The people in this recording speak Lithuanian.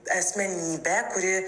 asmenybė kuri